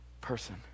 person